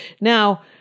Now